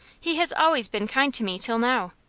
he has always been kind to me till now.